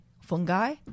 fungi